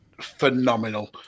phenomenal